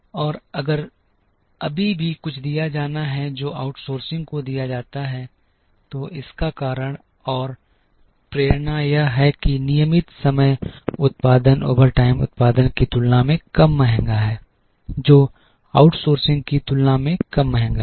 और अगर अभी भी कुछ दिया जाना है जो आउटसोर्सिंग को दिया जाता है तो इसका कारण और प्रेरणा यह है कि नियमित समय उत्पादन ओवरटाइम उत्पादन की तुलना में कम महंगा है जो आउटसोर्सिंग की तुलना में कम महंगा है